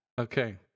Okay